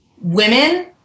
women